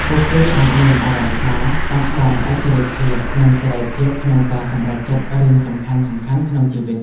ពួកគេអាចមានអារម្មណ៍ថាបាត់បង់ឯករាជ្យភាព និងសេរីភាពក្នុងការសម្រេចចិត្តរឿងសំខាន់ៗក្នុងជីវិត ។